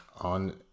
on